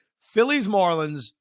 Phillies-Marlins